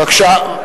בבקשה.